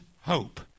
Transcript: hope